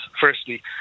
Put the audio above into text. firstly